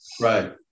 Right